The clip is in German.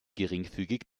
geringfügig